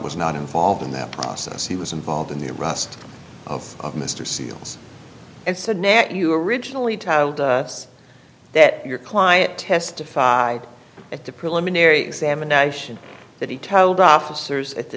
was not involved in that process he was involved in the arrest of mr seals and said nat you originally told us that your client testified at the preliminary examination that he told officers at the